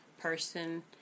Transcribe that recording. person